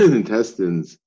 intestines